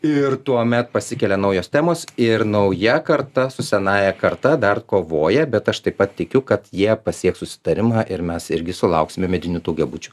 ir tuomet pasikelia naujos temos ir nauja karta su senąja karta dar kovoja bet aš taip pat tikiu kad jie pasieks susitarimą ir mes irgi sulauksime medinių daugiabučių